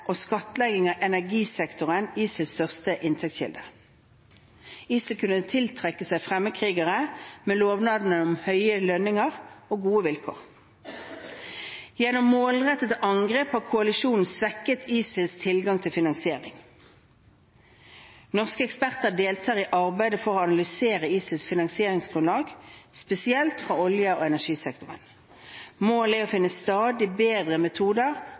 og skattlegging av energisektoren ISILs største inntektskilde. ISIL kunne tiltrekke seg fremmedkrigere med lovnader om høye lønninger og gode vilkår. Gjennom målrettede angrep har koalisjonen svekket ISILs tilgang til finansiering. Norske eksperter deltar i arbeidet for å analysere ISILs finansieringsgrunnlag, spesielt fra olje- og energisektoren. Målet er å finne stadig bedre metoder